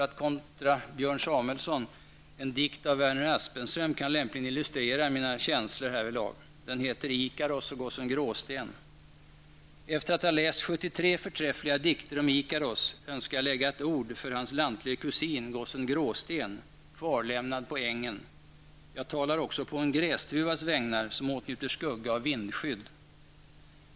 Werner Aspenström kan lämpligen illustrera mina känslor härvidlag. Den heter Ikaros och gossen Efter att ha läst 73 dikter om Ikaros önskar jag lägga ett ord för hans lantlige kusen, gossen Gråsten, kvarlämnad på ängen. Jag talar också på en grästuvas vägnar som åtnjuter skugga och vindskydd.